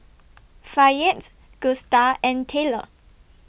Fayette Gusta and Tayler